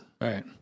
Right